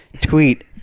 tweet